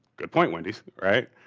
good point, wendy's, right?